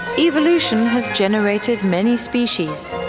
evolution has generated many species.